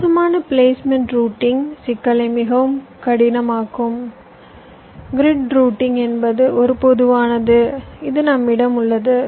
மோசமான placement routing சிக்கலை மிகவும் கடினமாக்கும் கிரிட் ரூட்டிங் என்பது ஒரு பொதுவானது இது நம்மிடம் உள்ளது